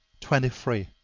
twenty three.